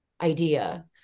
idea